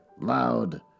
loud